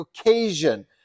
occasion